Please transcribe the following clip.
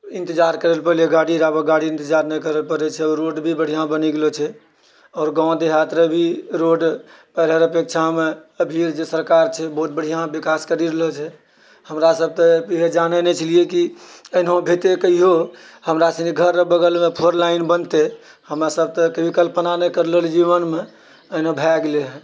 इन्तजार करय पड़ैत रहै गाड़ी आओर आबयके इन्तजार नहि करय पड़ैत छै रोड भी बढ़ियाँ बनि गेलो छै आओर गाँव देहात र भी रोड पहिने र अपेक्षामे अभी र जे सरकार छै बहुत बढियाँ बिकास करी रहलो छै हमरासभ तऽ जानैत नहि छलियै कि एहनो भी हेतै कहियो हमरासनी घर र बगलमे फोर लाइन बनतै हमरासभ तऽ कहियो कल्पना नहि करलो रहियै जीवनमे एहनो भए गेलै हे